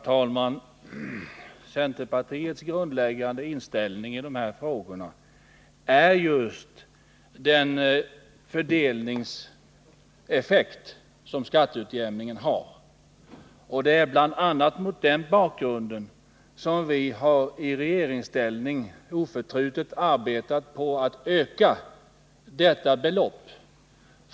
Herr talman! Det grundläggande för centerpartiet i det här sammanhanget är den fördelningseffekt som skatteutjämningen har. Det är bl.a. mot den bakgrunden som vi i regeringsställning oförtrutet har arbetat på att öka skatteutjämningsbeloppet.